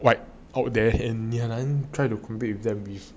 wipe out there in ngee ann and try to compete with them